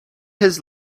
his